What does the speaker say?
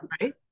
Right